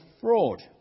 fraud